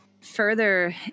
further